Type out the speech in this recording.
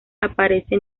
aparece